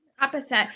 opposite